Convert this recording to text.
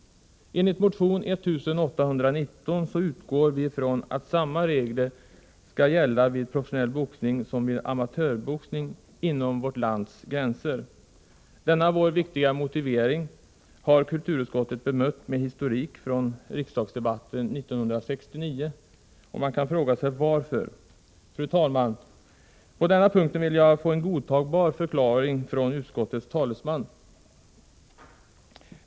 I motion 1819 utgår vi från att samma regler skall gälla vid professionell boxning som vid amatörboxning inom vårt lands gränser. Denna vår viktiga motivering har kulturutskottet bemött med historik från riksdagsdebatterna 1969, och man kan fråga sig varför. Fru talman! På denna punkt vill jag få en godtagbar förklaring från utskottets talesman.